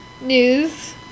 news